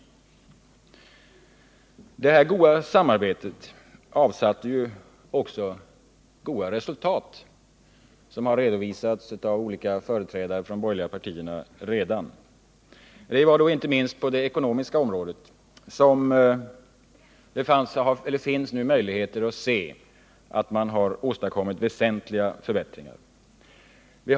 Detta goda samarbete avsatte också goda resultat, som redan har redovisats av olika företrädare för de borgerliga partierna. Det är inte minst på det ekonomiska området som det nu finns möjligheter att se att väsentliga förbättringar har åstadkommits.